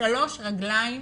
שלוש רגליים